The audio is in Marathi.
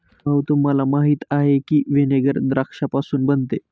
भाऊ, तुम्हाला माहीत आहे की व्हिनेगर द्राक्षापासून बनते